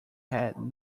had